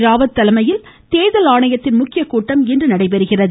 ராவத் தலைமையில் தேர்தல் ஆணையத்தின் முக்கிய கூட்டம் இன்று நடைபெறுகிறது